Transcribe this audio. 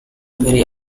very